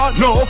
no